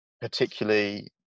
particularly